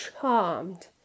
charmed